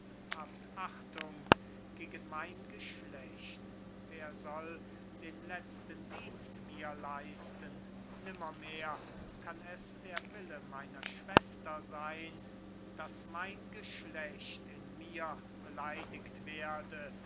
achtung gegen mein geschlecht wer soll den letzten dienst mir leisten nimmermehr kann es der wille meiner schwester sein daß mein geschlecht in mir beleidigt werde